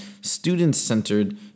student-centered